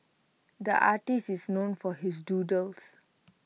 the artist is known for his doodles